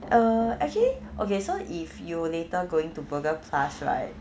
err actually okay so if you later going to burger plus right